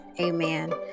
Amen